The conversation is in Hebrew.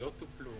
תשתיות טופלו.